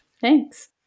thanks